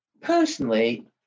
Personally